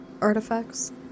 artifacts